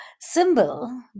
symbol